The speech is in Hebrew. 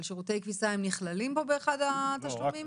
אבל שירותי כביסה הם נכללים פה באחד התשלומים?